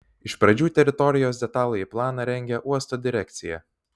iš pradžių teritorijos detalųjį planą rengė uosto direkcija